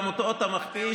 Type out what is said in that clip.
גם אותו אתה מכפיש.